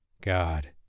God